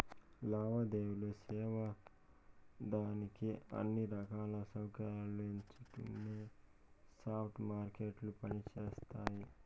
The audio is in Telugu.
లావాదేవీలు సేసేదానికి అన్ని రకాల సౌకర్యాలున్నచోట్నే స్పాట్ మార్కెట్లు పని జేస్తయి